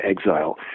exile